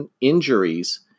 injuries